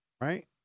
right